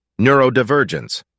neurodivergence